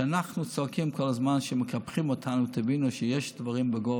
כשאנחנו צועקים כל הזמן שמקפחים אותנו תבינו שיש דברים בגו,